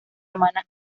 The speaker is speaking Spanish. hermana